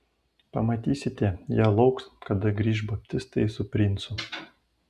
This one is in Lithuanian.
pamatysite jie lauks kada grįš baptistai su princu